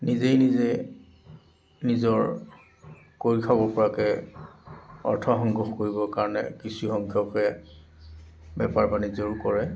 নিজে নিজে নিজৰ কৰি খাব পৰাকৈ অৰ্থ সংগ্ৰহ কৰিবৰ কাৰণে কিছু সংখ্যকে বেপাৰ বাণিজ্যও কৰে